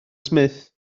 smith